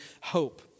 hope